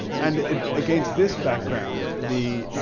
and against this background the